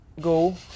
go